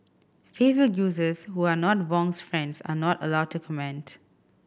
Facebook users who are not Wong's friends are not allowed to comment